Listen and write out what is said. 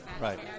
Right